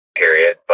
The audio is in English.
period